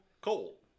Cole